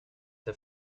der